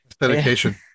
dedication